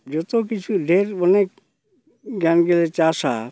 ᱡᱚᱛᱚᱠᱤᱪᱷᱩ ᱜᱟᱱ ᱜᱮᱞᱮ ᱪᱟᱥᱟ